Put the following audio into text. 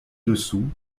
dessous